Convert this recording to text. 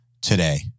today